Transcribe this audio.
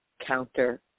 counter